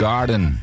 Garden